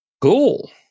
Cool